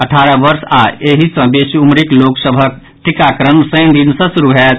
अठारह वर्ष आओर एहि सँ बेसी उमरिक लोक सभक टीकाकरण शनि दिन सँ शुरू होयत